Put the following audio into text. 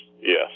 Yes